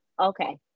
okay